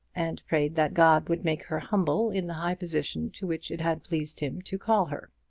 and prayed that god would make her humble in the high position to which it had pleased him to call her.